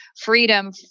freedom